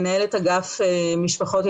מנהלת אגף משפחות,